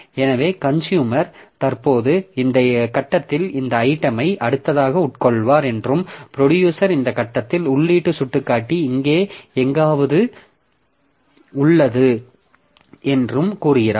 எனவே கன்சுயூமர் தற்போது இந்த கட்டத்தில் இந்த ஐட்டமை அடுத்ததாக உட்கொள்வார் என்றும் ப்ரொடியூசர் இந்த கட்டத்தில் உள்ளீட்டு சுட்டிக்காட்டி இங்கே எங்காவது உள்ளது என்றும் கூறுகிறார்